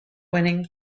winning